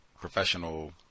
professional